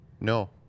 No